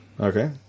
Okay